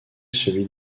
celui